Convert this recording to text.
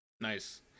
Nice